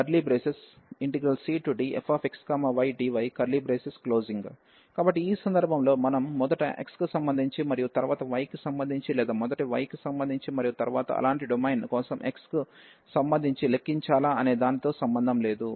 ∬DfxydAabfxydxabcdfxydy కాబట్టి ఈ సందర్భంలో మనం మొదట x కి సంబంధించి మరియు తరువాత y కి సంబంధించి లేదా మొదట y కి సంబంధించి మరియు తరువాత అలాంటి డొమైన్ కోసం x కు సంబంధించి లెక్కించాలా అనే దానితో సంబంధం లేదు